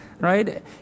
right